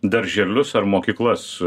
darželius ar mokyklas